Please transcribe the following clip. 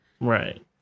Right